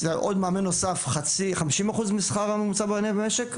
עוד מאמן נוסף חמישים אחוז מהשכר הממוצע במשק,